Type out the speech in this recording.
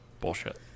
Bullshit